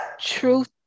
truth